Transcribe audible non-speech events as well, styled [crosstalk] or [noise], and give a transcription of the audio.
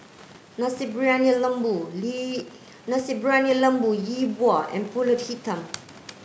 Nasi Briyani Lembu [unintelligible] Nasi Briyani Lembu Yi Bua and Pulut Hitam